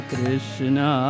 Krishna